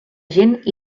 gent